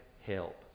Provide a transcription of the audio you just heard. help